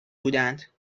بودند